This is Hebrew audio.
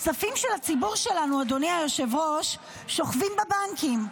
הכספים של הציבור שלנו שוכבים בבנקים.